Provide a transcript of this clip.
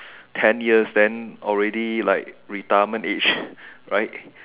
ten years then already like retirement age right